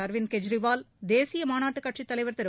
அரவிந்த் கெஜ்ரிவால் தேசிய மாநாட்டுக் கட்சித் தலைவர் திரு